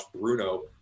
Bruno